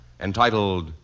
entitled